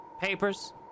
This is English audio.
Papers